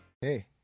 Hey